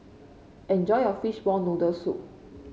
enjoy your Fishball Noodle Soup